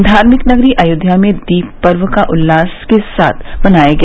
धार्मिक नगरी अयोध्या में दीप पर्व का उल्लास के साथ मनाया गया